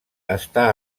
està